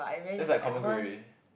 that's like